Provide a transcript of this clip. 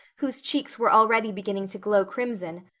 whose cheeks were already beginning to glow crimson,